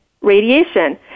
radiation